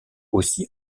aussi